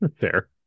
fair